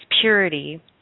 purity